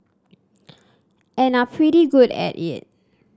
and are pretty good at it